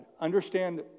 Understand